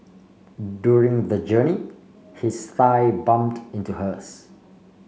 during the journey his thigh bumped into hers